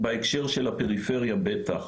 הקשר של הפריפריה בטח.